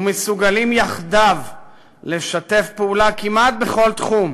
ומסוגלים יחדיו לשתף פעולה כמעט בכל תחום,